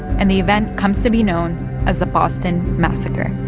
and the event comes to be known as the boston massacre